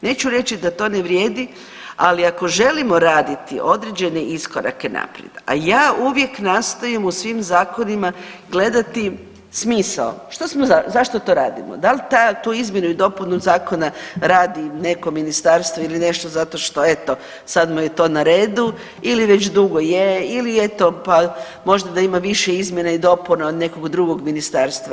Neću reći da to ne vrijedi, ali ako želimo raditi određene iskorake naprijed, a ja uvijek nastojim u svim zakonima gledati smisao, što smo .../nerazumljivo/... zašto to radimo, da li tu izmjenu i dopunu zakona radi neko ministarstvo ili nešto zato što eto, sad mu je to na redu ili već dugo je ili eto, možda da ima više izmjena i dopuna od nekog drugog ministarstva.